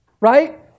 right